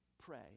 pray